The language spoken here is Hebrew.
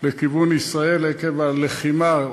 לכיוון ישראל עקב הלחימה,